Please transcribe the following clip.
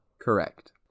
Correct